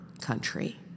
country